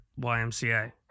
ymca